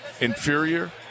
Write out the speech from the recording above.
inferior